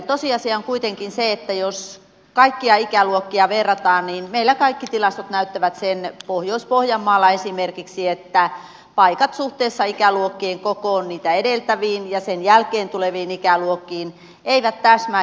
tosiasia on kuitenkin se että jos kaikkia ikäluokkia verrataan niin meillä kaikki tilastot näyttävät sen pohjois pohjanmaalla esimerkiksi että paikat suhteessa ikäluokkien kokoon niitä edeltäviin ja sen jälkeen tuleviin ikäluokkiin eivät täsmää